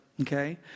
Okay